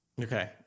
Okay